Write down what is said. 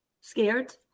Scared